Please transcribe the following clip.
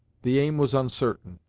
the aim was uncertain,